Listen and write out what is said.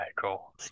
cool